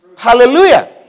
Hallelujah